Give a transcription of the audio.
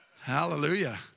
Hallelujah